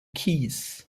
keys